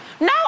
No